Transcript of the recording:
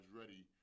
ready